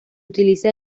utiliza